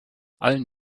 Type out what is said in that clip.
allen